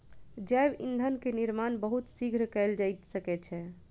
जैव ईंधन के निर्माण बहुत शीघ्र कएल जा सकै छै